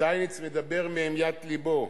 שטייניץ מדבר מהמיית לבו,